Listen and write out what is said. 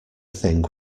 thing